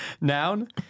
Noun